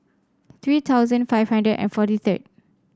three thousand five hundred and forty third